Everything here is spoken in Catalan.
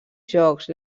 jocs